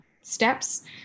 steps